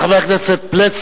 תודה רבה לחבר הכנסת פלסנר.